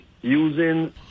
using